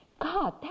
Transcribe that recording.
God